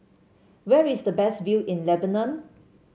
where is the best view in Lebanon